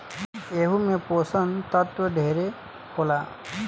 एहू मे पोषण तत्व ढेरे होला